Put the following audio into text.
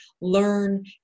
learn